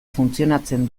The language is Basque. funtzionatzen